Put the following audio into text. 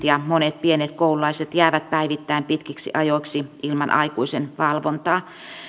ja monet pienet koululaiset jäävät päivittäin pitkiksi ajoiksi ilman aikuisen valvontaa